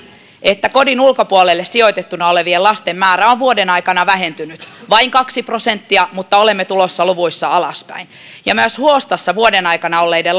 että kodin ulkopuolelle sijoitettuna olevien lasten määrä on vuoden aikana vähentynyt vain kaksi prosenttia mutta olemme tulossa luvuissa alaspäin myös huostassa vuoden aikana olleiden